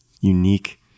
unique